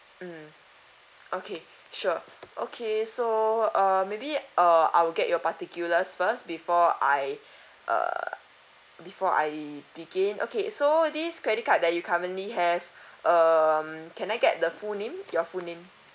mm okay sure okay so uh maybe uh I will get your particulars first before I err before I begin okay so this credit card that you currently have um can I get the full name your full name